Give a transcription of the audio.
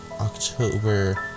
October